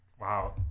Wow